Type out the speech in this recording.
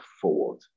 forward